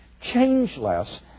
changeless